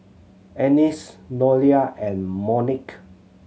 Annice Nolia and Monique